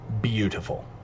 beautiful